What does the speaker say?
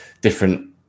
different